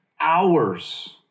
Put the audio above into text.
hours